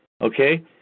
Okay